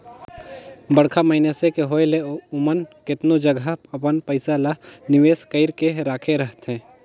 बड़खा मइनसे के होए ले ओमन केतनो जगहा अपन पइसा ल निवेस कइर के राखे रहथें